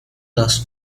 lost